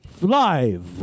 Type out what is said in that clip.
Live